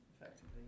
effectively